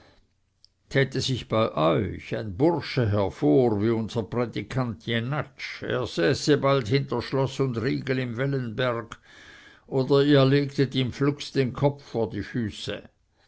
täte sich bei euch ein bursche hervor wie unser prädikant jenatsch er säße bald hinter schloß und riegel im wellenberg oder ihr legtet ihm flugs den kopf vor die füße